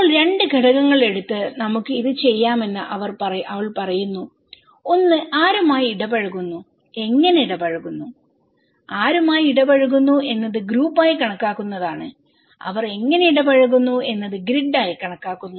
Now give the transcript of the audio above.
ഇപ്പോൾ 2 ഘടകങ്ങൾ എടുത്ത് നമുക്ക് ഇത് ചെയ്യാമെന്ന് അവൾ പറയുന്നു ഒന്ന് ആരുമായി ഇടപഴകുന്നു എങ്ങനെ ഇടപഴകുന്നു ആരുമായി ഇടപഴകുന്നു എന്നത് ഗ്രൂപ്പായി കണക്കാക്കുന്നത് അവർ എങ്ങനെ ഇടപഴകുന്നു എന്നത് ഗ്രിഡായി കണക്കാക്കുന്നു